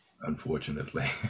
Unfortunately